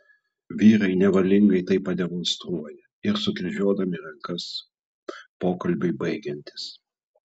vyrai nevalingai tai pademonstruoja ir sukryžiuodami rankas pokalbiui baigiantis